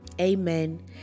amen